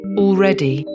already